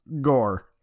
gore